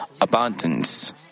abundance